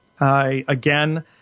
Again